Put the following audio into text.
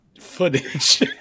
footage